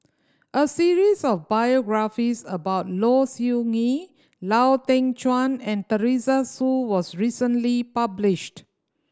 a series of biographies about Low Siew Nghee Lau Teng Chuan and Teresa Hsu was recently published